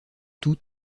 tout